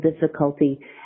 difficulty